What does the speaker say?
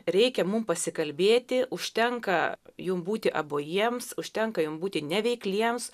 reikia mum pasikalbėti užtenka jum būti abojiems užtenka jum būti neveikliems